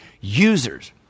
users